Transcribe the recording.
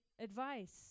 advice